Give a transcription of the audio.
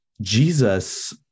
Jesus